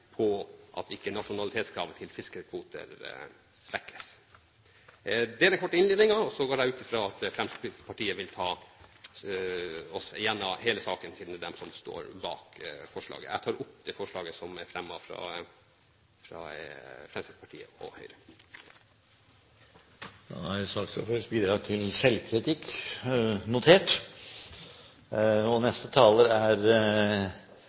på at ikke nasjonalitetskravet til fiskekvoter svekkes. Det er den korte innledningen, og så går jeg ut fra at Fremskrittspartiet vil ta oss gjennom hele saken, siden det er de som står bak forslaget. Jeg tar opp det forslaget som er fremmet av Fremskrittspartiet og Høyre. Da er saksordførerens bidrag til selvkritikk notert, og